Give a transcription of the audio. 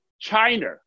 China